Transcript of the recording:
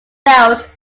belts